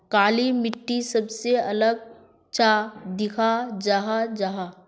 काली मिट्टी सबसे अलग चाँ दिखा जाहा जाहा?